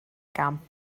gamp